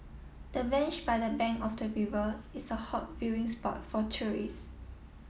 the bench by the bank of the river is a hot viewing spot for tourist